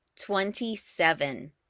Twenty-seven